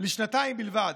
לשנתיים בלבד,